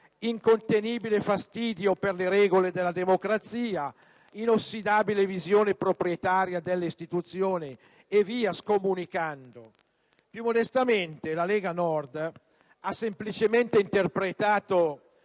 incontenibile fastidio per le regole della democrazia, inossidabile visione proprietaria delle istituzioni, e via scomunicando. Più modestamente la Lega Nord ha semplicemente interpretato